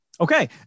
Okay